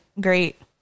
great